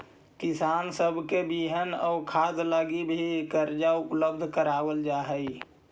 किसान सब के बिहन आउ खाद लागी भी कर्जा उपलब्ध कराबल जा हई